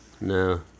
No